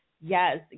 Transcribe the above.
Yes